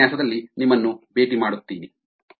ಮುಂದಿನ ಉಪನ್ಯಾಸದಲ್ಲಿ ನಿಮ್ಮನ್ನು ಭೇಟಿ ಮಾಡುತ್ತೀನಿ